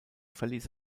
verließ